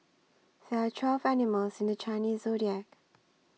there are twelve animals in the Chinese zodiac